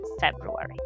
February